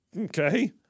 Okay